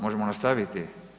Možemo nastaviti?